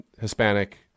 Hispanic